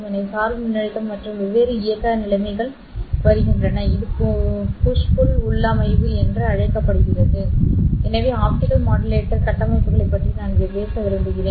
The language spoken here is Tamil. எனவே சார்பு மின்னழுத்தம் மற்றும் வெவ்வேறு இயக்க நிலைமைகள் வருகின்றன இது புஷ் புல் உள்ளமைவு என்று அழைக்கப்படுகிறது எனவே ஆப்டிகல் மாடுலேட்டர் கட்டமைப்புகளைப் பற்றி நான் பேச விரும்புகிறேன்